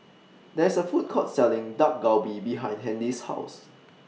There IS A Food Court Selling Dak Galbi behind Handy's House